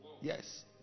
yes